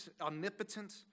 omnipotent